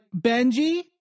Benji